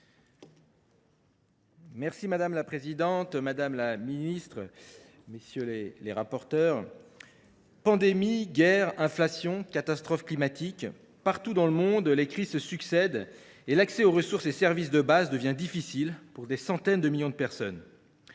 Madame la présidente, madame la ministre, mes chers collègues, pandémie, guerre, inflation, catastrophes climatiques… Partout dans le monde, les crises se succèdent et l’accès aux ressources et aux services de base devient difficile pour des centaines de millions de personnes.